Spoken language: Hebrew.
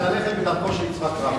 זה ללכת בדרכו של יצחק רבין.